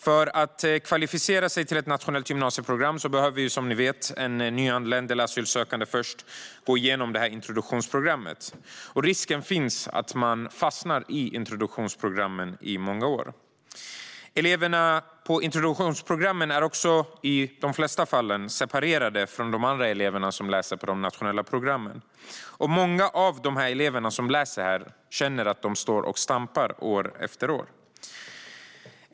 För att kvalificera sig till ett nationellt gymnasieprogram behöver, som ni vet, en nyanländ eller asylsökande först gå igenom introduktionsprogrammet. Risken finns att man fastnar i introduktionsprogrammen i många år. Eleverna i introduktionsprogrammen är i de flesta fall också separerade från de elever som läser de nationella programmen. Många av de elever som läser introduktionsprogrammen känner att de står och stampar år efter år.